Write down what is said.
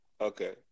okay